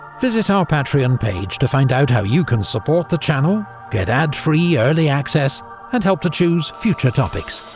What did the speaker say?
visit our patreon page to find out how you can support the channel, get ad-free early access and help to choose future topics.